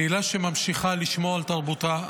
קהילה שממשיכה לשמור על תרבותה,